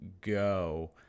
go